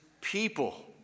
people